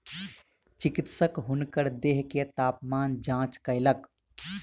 चिकित्सक हुनकर देह के तापमान जांच कयलक